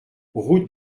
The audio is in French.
route